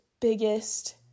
biggest